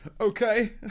Okay